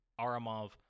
Aramov